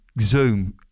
zoom